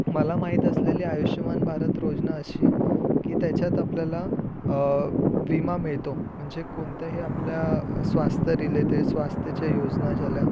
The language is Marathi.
मला माहीत असलेली आयुष्यमान भारत योजना अशी की त्याच्यात आपल्याला विमा मिळतो म्हणजे कोणत्याही आपल्या स्वास्थ्य रिलेटेड स्वास्थ्यच्या योजना झाल्या